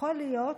יכול להיות,